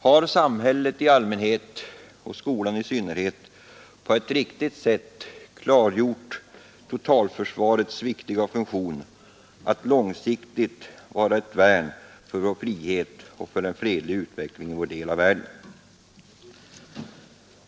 Har samhället i allmänhet och skolan i synnerhet på ett riktigt sätt klargjort totalförsvarets viktiga funktion att långsiktigt vara ett värn för vår frihet och för en fredlig utveckling i vår del av världen?